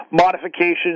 modifications